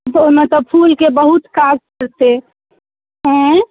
ओहिमे तऽ फूलके बहुत काज हेतै अँए